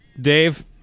dave